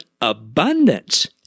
abundance